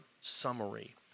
summary